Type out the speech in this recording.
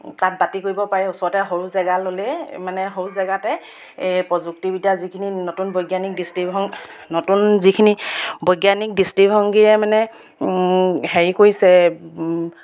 তাঁত বাতি কৰিব পাৰে ওচৰতে সৰু জেগা ল'লেই মানে সৰু জেগাতে এই প্ৰযুক্তিবিদ্যা যিখিনি নতুন বৈজ্ঞানিক দৃষ্টিভং নতুন যিখিনি বৈজ্ঞানিক দৃষ্টিভংগীয়ে মানে হেৰি কৰিছে